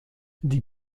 die